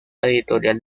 editorial